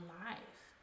life